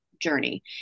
journey